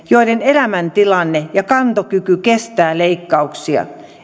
joiden elämäntilanne ja kantokyky kestää leikkauksia